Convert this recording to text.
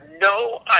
no